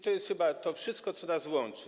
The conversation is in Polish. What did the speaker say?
To jest chyba to wszystko, co nas łączy.